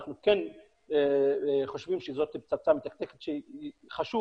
אנחנו כן חושבים שזאת פצצה מתקתקת שחשוב